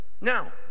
Now